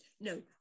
No